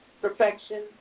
perfection